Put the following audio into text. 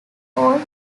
all